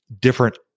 different